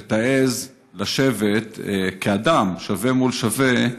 שתעז לשבת כאדם, שווה מול שווה,